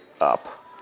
up